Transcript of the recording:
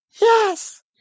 Yes